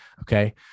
okay